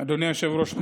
אדוני היושב-ראש,